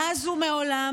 מאז ומעולם,